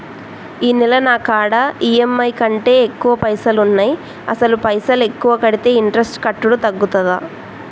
ఈ నెల నా కాడా ఈ.ఎమ్.ఐ కంటే ఎక్కువ పైసల్ ఉన్నాయి అసలు పైసల్ ఎక్కువ కడితే ఇంట్రెస్ట్ కట్టుడు తగ్గుతదా?